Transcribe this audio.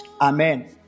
Amen